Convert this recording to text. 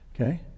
okay